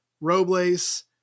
Robles